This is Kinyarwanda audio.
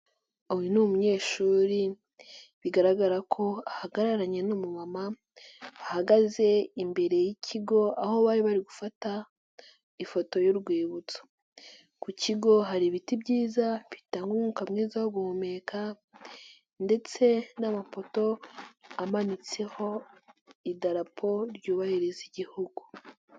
Uyu ni umunyeshuri bigaragara ko ahagararanye n'umumamama, ahagaze imbere y'ikigo aho bari bari gufata ifoto y'urwibutso, ku kigo hari ibiti byiza bitanga umwuka mwiza wo guhumeka ndetse n'amafoto amanitseho Idarapo ryu bahiriza Igihugu.